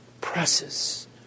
presses